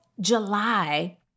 July